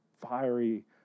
fiery